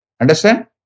Understand